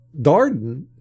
Darden